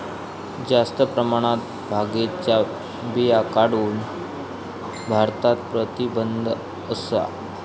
जास्त प्रमाणात भांगेच्या बिया काढूक भारतात प्रतिबंध असा